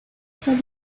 sólo